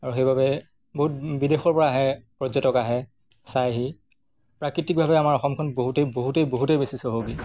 আৰু সেইবাবে বহুত বিদেশৰপৰা আহে পৰ্যটক আহে চাইহি প্ৰাকৃতিকভাৱে আমাৰ অসমখন বহুতেই বহুতেই বহুতেই বেছি সহকী